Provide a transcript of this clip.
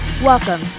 Welcome